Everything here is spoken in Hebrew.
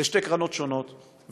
אלה שתי קרנות שונות ונפרדות.